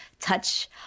touch